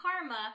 karma